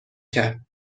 کرد